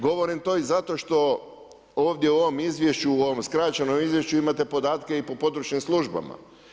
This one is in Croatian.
Govorim to i zato što ovdje u ovom izvješću, u ovom skraćenom izvješću imate podatke i po područnim službama.